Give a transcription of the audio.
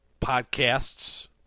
Podcasts